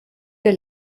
der